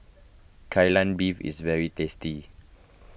Kai Lan Beef is very tasty